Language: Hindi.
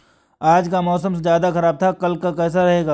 आज का मौसम ज्यादा ख़राब था कल का कैसा रहेगा?